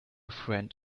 friend